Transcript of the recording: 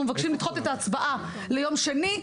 אנחנו מבקשים לדחות את ההצבעה ליום שני,